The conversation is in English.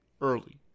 early